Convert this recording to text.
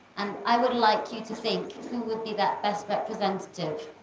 and i would like you to think who would be that best representative.